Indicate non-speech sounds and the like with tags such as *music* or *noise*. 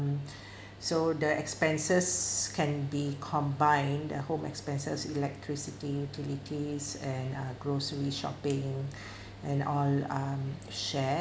and *breath* so the expenses can be combined a home expenses electricity utilities and a grocery shopping *breath* and all um share